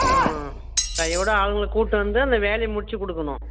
ஆ கையோடு ஆளுங்களை கூப்பிட்டு வந்து அந்த வேலையை முடித்துக் கொடுக்கணும்